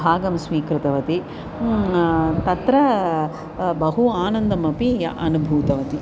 भागं स्वीकृतवती तत्र बहु आनन्दम् अपि या अनुभूतवती